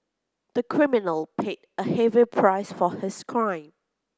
the criminal paid a heavy price for his crime